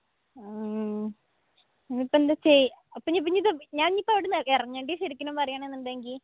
ഇനി ഇപ്പം എന്താണ് ചേ അപ്പം ഇനി പിന്നെ ഇത് ഞാൻ ഇപ്പം എവിടുന്നാണ് ഇറങ്ങേണ്ടി ശരിക്കിനും പറയുവാണെന്നുണ്ടെങ്കിൽ